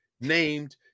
named